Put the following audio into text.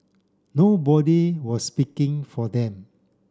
nobody was speaking for them